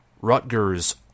Rutgers